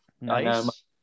Nice